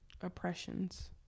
oppressions